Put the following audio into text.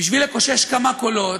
בשביל לקושש כמה קולות,